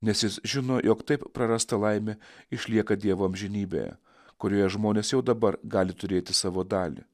nes jis žino jog taip prarasta laimė išlieka dievo amžinybėje kurioje žmonės jau dabar gali turėti savo dalį